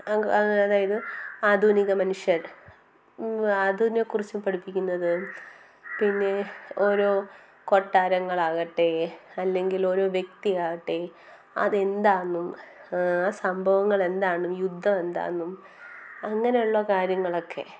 അതായത് ആധുനിക മനുഷ്യൻ അതിനെ കുറിച്ച് പഠിപ്പിക്കുന്നത് പിന്നെ ഓരോ കൊട്ടാരങ്ങളാകട്ടെ അല്ലെങ്കിൽ ഒരു വ്യക്തി ആകട്ടെ അത് എന്താണെന്നും ആ സംഭവങ്ങൾ എന്താണെന്നും യുദ്ധം എന്താണെന്നും അങ്ങനെയുള്ള കാര്യങ്ങളൊക്കെ